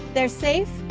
they're safe,